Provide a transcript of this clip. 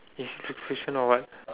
yes the question or what